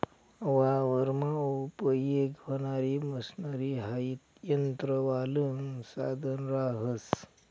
वावरमा उपयेग व्हणारी मशनरी हाई यंत्रवालं साधन रहास